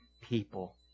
people